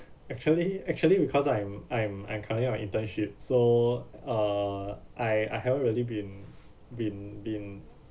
actually actually because I'm I'm I'm currently on internship so uh I I haven't really been been been